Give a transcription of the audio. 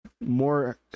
more